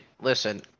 listen